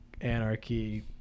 anarchy